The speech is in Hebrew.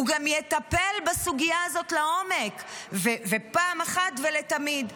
הוא גם יטפל בסוגיה הזאת לעומק פעם אחת ולתמיד.